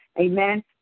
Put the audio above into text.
Amen